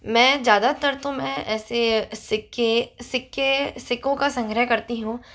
मैं ज़्यादातर तो में ऐसे सिक्के सिक्के सिक्कों का संग्रह करती हूँ